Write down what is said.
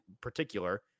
particular